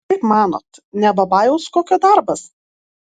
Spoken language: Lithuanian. kaip manot ne babajaus kokio darbas